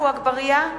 (קוראת בשמות חברי הכנסת)